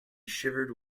shivered